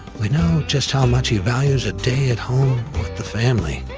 we know just how much he values a day at home with the family,